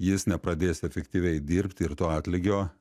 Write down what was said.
jis nepradės efektyviai dirbti ir to atlygio